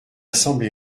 semblé